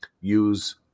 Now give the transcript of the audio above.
Use